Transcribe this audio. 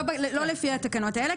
לא לפי התקנות האלה.